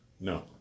No